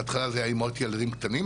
בהתחלה זה היה אימהות לילדים קטנים,